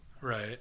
Right